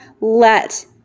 let